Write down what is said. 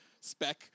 spec